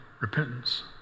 repentance